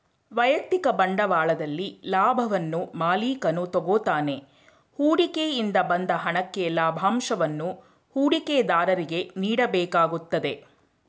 ವೈಯಕ್ತಿಕ ಬಂಡವಾಳದಲ್ಲಿ ಲಾಭವನ್ನು ಮಾಲಿಕನು ತಗೋತಾನೆ ಹೂಡಿಕೆ ಇಂದ ಬಂದ ಹಣಕ್ಕೆ ಲಾಭಂಶವನ್ನು ಹೂಡಿಕೆದಾರರಿಗೆ ನೀಡಬೇಕಾಗುತ್ತದೆ